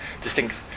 distinct